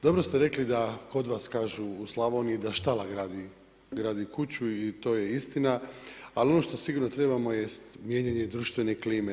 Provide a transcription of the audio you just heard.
Dobro ste rekli da kod vas kažu u Slavoniji da štala gradi kuću i to je istina, ali ono što sigurno trebamo jest mijenjanje društvene klime.